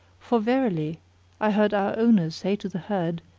for verily i heard our owner say to the herd,